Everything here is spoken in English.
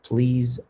Please